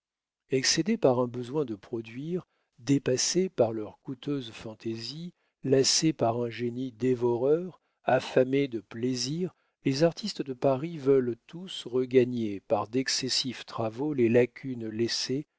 excédés par un besoin de produire dépassés par leurs coûteuses fantaisies lassés par un génie dévoreur affamés de plaisir les artistes de paris veulent tous regagner par d'excessifs travaux les lacunes laissées